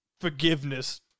forgiveness